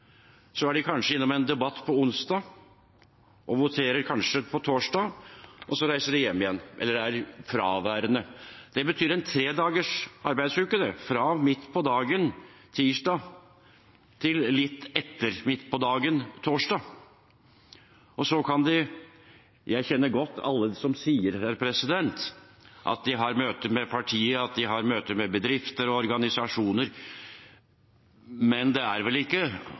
så reiser hjem igjen eller er fraværende. Det betyr tredagers arbeidsuke – fra midt på dagen tirsdag til litt etter midt på dagen torsdag. Jeg kjenner godt alle de som sier at de har møter med partiet og møter med bedrifter og organisasjoner, men det er vel ikke